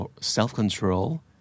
Self-control